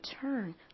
turn